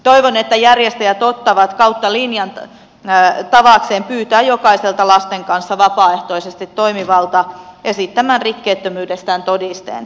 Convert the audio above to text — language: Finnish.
toivon että järjestävät ottavat kautta linjan tavakseen pyytää jokaista lasten kanssa vapaaehtoisesti toimivaa esittämään rikkeettömyydestään todisteen